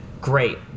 Great